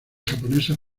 japonesas